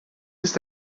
ist